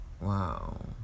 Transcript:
Wow